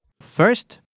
First